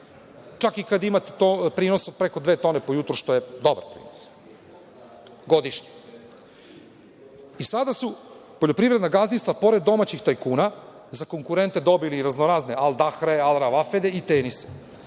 čak i kada imate prinos od preko dve tone po jutru, što je dobar prinos godišnje. Sada su poljoprivredna gazdinstva, pored domaćih tajkuna, za konkurentne dobili i razno-razne „Al dahre“, „Al ravafede“ i „Tenise“.